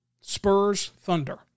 Spurs-Thunder